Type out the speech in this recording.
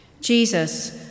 Jesus